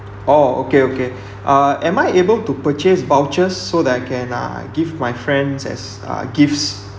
orh okay okay uh am I able to purchase vouchers so that I can uh give my friends as uh gifts